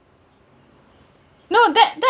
no that